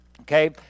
Okay